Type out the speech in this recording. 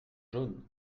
jaunes